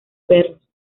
perros